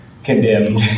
Condemned